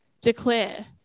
declare